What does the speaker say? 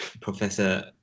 Professor